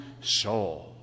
soul